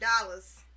dollars